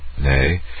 Nay